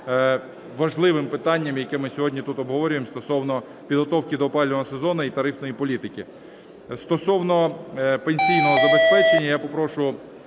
важливим питанням, яке ми сьогодні тут обговорюємо стосовно підготовки до опалювального сезону і тарифної політики. Стосовно пенсійного забезпечення я попрошу